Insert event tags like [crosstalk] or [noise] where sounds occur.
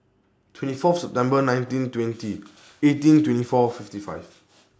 twenty Fourth September nineteen twenty [noise] eighteen twenty four fifty five [noise]